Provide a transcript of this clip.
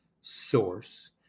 source